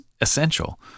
essential